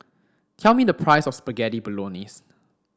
tell me the price of Spaghetti Bolognese